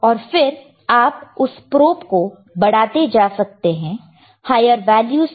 और फिर आप उस प्रोब को बढ़ाते जा सकते हैं हायर वैल्यूस पर